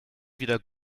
wieder